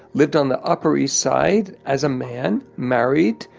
lived on the upper east side, as a man, married.